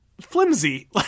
flimsy